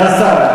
סגן השר,